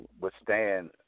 withstand